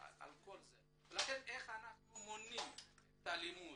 איך אנחנו מונעים את האלימות,